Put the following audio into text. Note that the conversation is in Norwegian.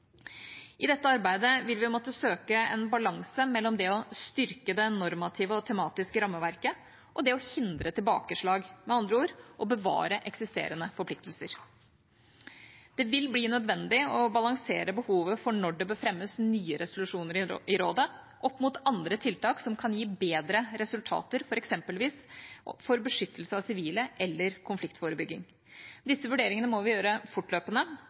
I dette arbeidet vil vi måtte søke en balanse mellom det å styrke det normative og tematiske rammeverket og det å hindre tilbakeslag – med andre ord å bevare eksisterende forpliktelser. Det vil bli nødvendig å balansere behovet for å fremme nye resolusjoner i rådet opp mot andre tiltak som kan gi bedre resultater for eksempelvis beskyttelse av sivile eller konfliktforebygging. Disse vurderingene må vi gjøre fortløpende